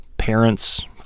parents